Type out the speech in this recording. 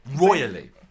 Royally